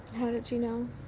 how did you know?